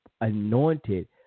anointed